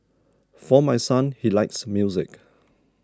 for my son he likes music